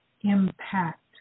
impact